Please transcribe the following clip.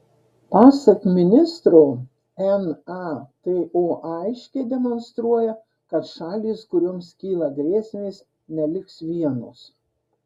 pasak ministro nato aiškiai demonstruoja kad šalys kurioms kyla grėsmės neliks vienos